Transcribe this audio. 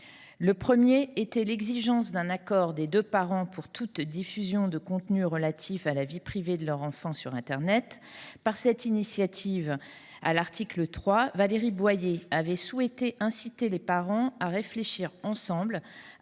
portait sur l’exigence d’un accord des deux parents pour toute diffusion de contenus relatifs à la vie privée de leur enfant sur internet. Par l’introduction de cette disposition, à l’article 3, Valérie Boyer avait souhaité inciter les parents à réfléchir ensemble